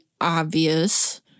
obvious